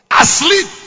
Asleep